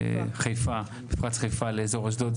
חיפה, מפרץ חיפה לאזור אשדוד.